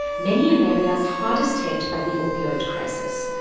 many in areas hardest hit by the opioid crisis.